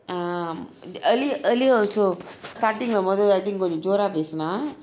um early earlier also starting her mother I think கொஞ்சம் ஜோரா பேசினா:koncham jora pesina